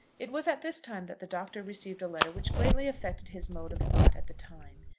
it was at this time that the doctor received a letter which greatly affected his mode of thought at the time.